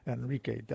Enrique